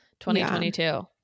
2022